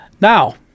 Now